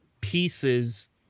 pieces